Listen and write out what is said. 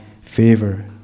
favor